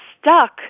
stuck